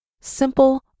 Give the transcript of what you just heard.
simple